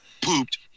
Pooped